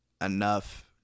enough